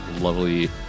lovely